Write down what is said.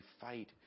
fight